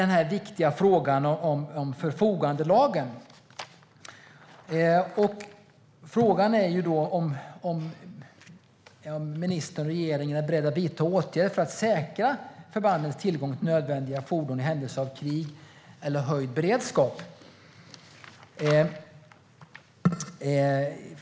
När det gäller förfogandelagen är frågan om ministern och regeringen är beredda att vidta åtgärder för att säkra förbandens tillgång till nödvändiga fordon i händelse av krig eller höjd beredskap.